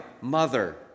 mother